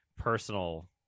personal